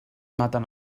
maten